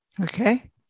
okay